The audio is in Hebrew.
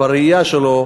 בראייה שלו,